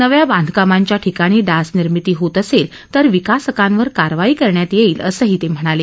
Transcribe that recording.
नव्या बांधकामांच्या ठिकाणी डास निर्मिती होत असेल तर विकासकांवर कारवाई करण्यात येईल असंही यावेळी ते म्हणाले